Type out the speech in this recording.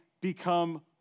become